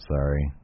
Sorry